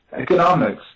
economics